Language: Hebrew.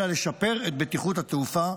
אלא לשפר את בטיחות התעופה,